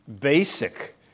basic